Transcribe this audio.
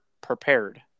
prepared